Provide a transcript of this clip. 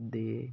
ਦੇ